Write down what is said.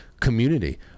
community